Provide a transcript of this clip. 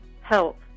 help